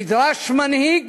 נדרש מנהיג